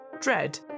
Dread